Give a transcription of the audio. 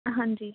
ਹਾਂਜੀ